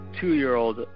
two-year-old